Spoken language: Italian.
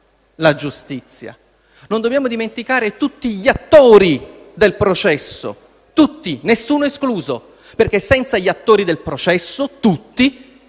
Non dobbiamo dimenticare tutti gli attori del processo - tutti, nessuno escluso - perché senza di loro il processo non si